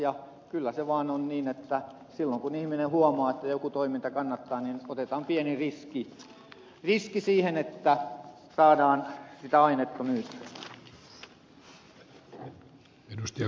ja kyllä se vaan on niin että silloin kun ihminen huomaa että joku toiminta kannattaa otetaan pieni riski että saadaan sitä ainetta myytyä